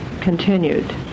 continued